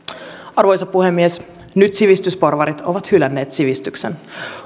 arvoisa puhemies nyt sivistysporvarit ovat hylänneet sivistyksen